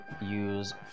use